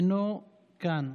אינו כאן.